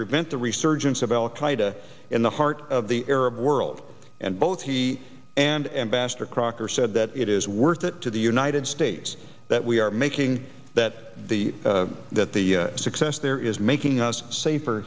prevent the resurgence of al qaeda in the heart of the arab world and both he and ambassador crocker said that it is worth it to the united states that we are making that the that the success there is making us safer